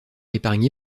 épargné